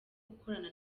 gukorana